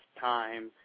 time